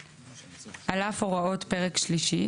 (ג)על אף הוראות פרק שלישי,